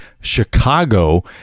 Chicago